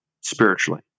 spiritually